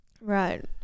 Right